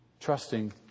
trusting